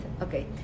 Okay